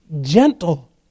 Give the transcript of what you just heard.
gentle